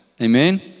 Amen